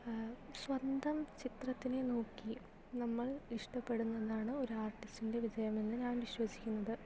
സ്വന്തം ചിത്രത്തിനെ നോക്കി നമ്മൾ ഇഷ്ടപെടുന്നതാണ് ഒരാർട്ടിസ്റ്റിന്റെ വിജയമെന്ന് ഞാൻ വിശ്വസിക്കുന്നത്